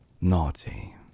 Naughty